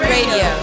Radio